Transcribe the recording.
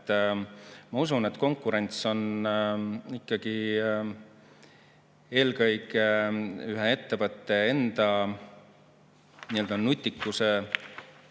Ma usun, et konkurents on ikkagi eelkõige ühe ettevõtte enda nii-öelda